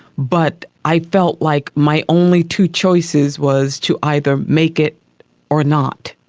but i felt like my only two choices was to either make it or not.